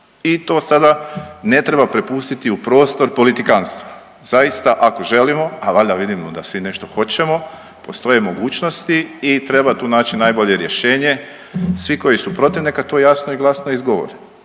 i to sada ne treba prepustiti u prostor politikantstvu. Zaista ako želimo, a valjda vidimo da svi nešto hoćemo postoje mogućnosti i treba tu naći najbolje rješenje. Svi koji su protiv neka to jasno i glasno izgovore